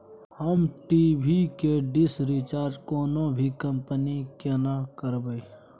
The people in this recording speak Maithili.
हम टी.वी के डिश रिचार्ज कोनो भी कंपनी के केना करबे?